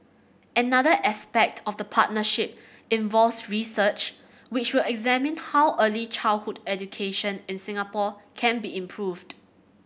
another aspect of the partnership involves research which will examine how early childhood education in Singapore can be improved